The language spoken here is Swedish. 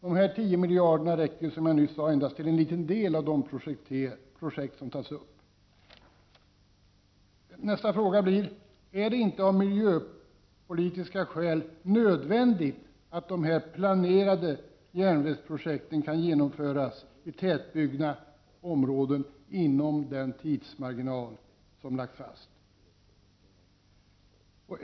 De 10 miljarderna räcker ju, som jag nyss nämnde, endast till en liten del av de projekt som tas upp. Och är det inte av miljöpolitiska skäl nödvändigt att de planerade järnvägsprojekten genomförs i tätbebyggda områden inom den tidsmarginal som har lagts fast?